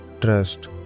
trust